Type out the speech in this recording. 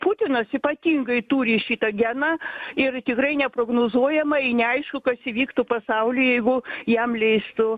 putinas ypatingai turi šitą geną ir tikrai neprognozuojamai neaišku kas įvyktų pasauly jeigu jam leistų